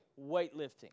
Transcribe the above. weightlifting